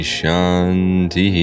Shanti